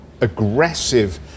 aggressive